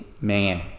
man